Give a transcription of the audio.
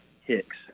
Hicks